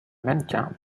mannequin